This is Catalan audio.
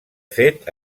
fet